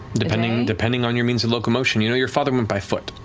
depending depending on your means of locomotion. you know your father went by foot,